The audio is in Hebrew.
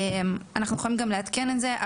אנחנו יכולים גם לעדכן את זה,